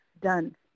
done